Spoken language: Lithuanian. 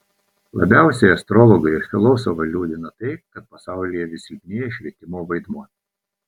labiausiai astrologą ir filosofą liūdina tai kad pasaulyje vis silpnėja švietimo vaidmuo